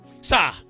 Sir